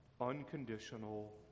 unconditional